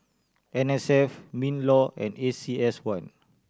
N S F MinLaw and A C S Y